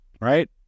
right